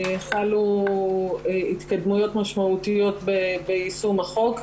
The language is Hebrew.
חלו התקדמויות משמעותיות ביישום החוק,